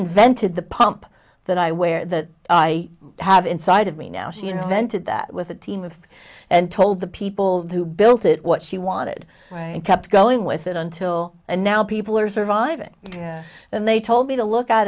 invented the pump that i wear that i have inside of me now she invented that with a team of and told the people who built it what she wanted and kept going with it until and now people are surviving and they told me to look at